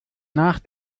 nach